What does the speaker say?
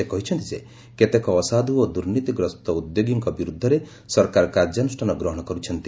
ସେ କହିଛନ୍ତି ଯେ କେତେକ ଅସାଧୁ ଓ ଦୁର୍ନୀତିଗ୍ରସ୍ତ ଉଦ୍ୟୋଗୀଙ୍କ ବିରୁଦ୍ଧରେ ସରକାର କାର୍ଯ୍ୟାନୁଷ୍ଠାନ ଗ୍ରହଣ କରିଛନ୍ତି